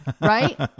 Right